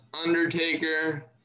Undertaker